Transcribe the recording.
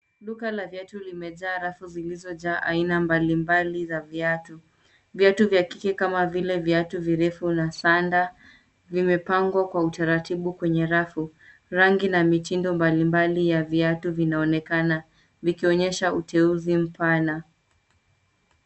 Duka la viatu limejaa rafu zilizo jaa aina mbalimbali za viatu viatu vya kike kama vile viatu virefu na sanda vimepangwa kwa utaratibu kwenye rafu rangi na mitindo mbalimbali ya viatu vinaonekana vikionyesha uteuzi mpana.